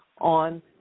on